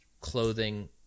clothing